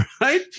right